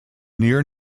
near